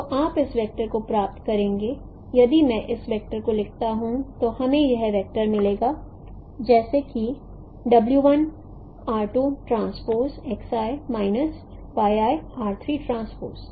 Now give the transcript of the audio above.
तो आप इस वेक्टर को प्राप्त करेंगे यदि मैं इस वेक्टर को लिखता हूं तो हमें ये वैक्टर मिलेंगे जैसे कि w 1 r 2 transpose X i minus y i r 3 transpose